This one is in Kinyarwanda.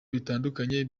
bitandukanye